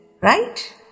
right